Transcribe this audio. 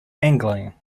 angling